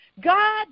god